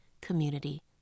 community